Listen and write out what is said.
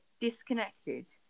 disconnected